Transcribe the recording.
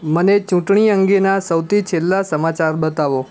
મને ચૂંટણી અંગેના સૌથી છેલ્લા સમાચાર બતાવો